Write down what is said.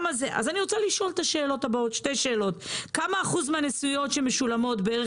אני רוצה לדעת מה אחוז הנסיעות שמשולמות בערך